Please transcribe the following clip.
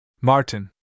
Martin